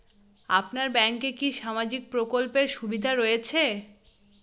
আপনার ব্যাংকে কি সামাজিক প্রকল্পের সুবিধা রয়েছে?